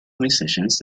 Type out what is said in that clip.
musicians